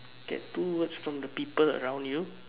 get two words from the people around you